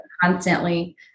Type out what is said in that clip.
constantly